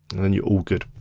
and then you're all good.